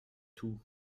tout